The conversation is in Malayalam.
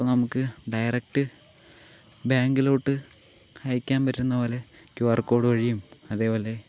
ഇപ്പോൾ നമ്മൾക്ക് ഡയറക്റ്റ് ബേങ്കിലോട്ട് അയക്കാൻ പറ്റുന്നപോലെ ക്യു ആർ കോഡ് വഴിയും അതേപോലെ